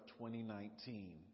2019